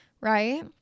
right